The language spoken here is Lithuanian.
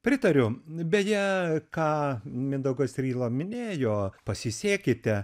pritariu beje ką mindaugas ryla minėjo pasisėkite